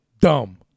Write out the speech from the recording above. dumb